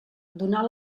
donar